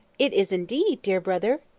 it is indeed, dear brother.